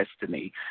destiny